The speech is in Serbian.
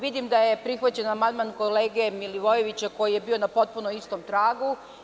Vidim da je prihvaćen amandman kolege Milivojevića, koji je bio na potpuno istom tragu.